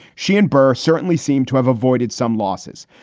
she and bearse certainly seem to have avoided some losses,